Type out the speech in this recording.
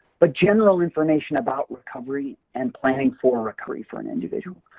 but general information about recovery and planning for a recovery for an individual.